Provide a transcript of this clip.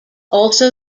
also